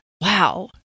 wow